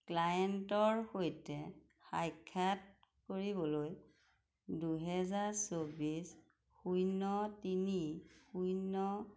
ক্লায়েণ্টৰ সৈতে সাক্ষাৎ কৰিবলৈ দুহেজাৰ চৌবিছ শূন্য তিনি শূন্য